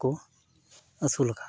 ᱠᱚᱠᱚ ᱟᱹᱥᱩᱞ ᱟᱠᱟᱫ ᱠᱚᱣᱟ